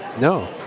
No